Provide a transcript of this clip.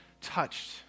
touched